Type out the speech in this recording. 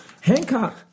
Hancock